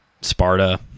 Sparta